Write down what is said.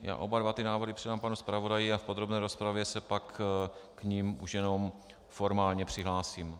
Oba návrhy předám panu zpravodaji a v podrobné rozpravě se pak k nim už jenom formálně přihlásím.